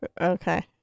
Okay